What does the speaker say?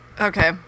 Okay